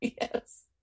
Yes